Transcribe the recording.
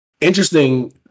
interesting